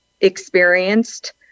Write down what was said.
experienced